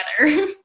together